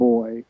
Boy